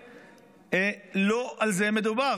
לא על זה מדובר,